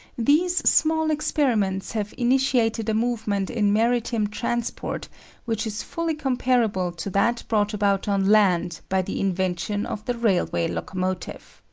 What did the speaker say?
these small experiments have initiated a movement in maritime transport which is fully comparable to that brought about on land by the invention of the railway locomotive.